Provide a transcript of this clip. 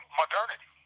modernity